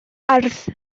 ardd